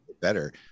better